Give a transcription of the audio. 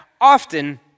often